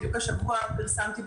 בדיוק השבוע פרסמתי,